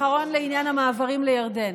לעניין המעברים לירדן.